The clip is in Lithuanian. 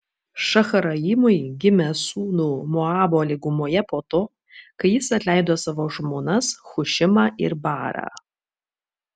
šaharaimui gimė sūnų moabo lygumoje po to kai jis atleido savo žmonas hušimą ir baarą